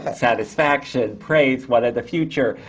ah satisfaction, praise, what of the future?